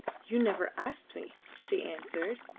you never asked me, she answered,